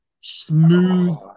smooth